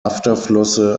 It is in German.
afterflosse